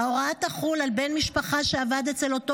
ההוראה תחול על בן משפחה שעבד אצל אותו